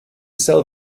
sell